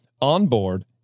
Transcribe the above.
on-board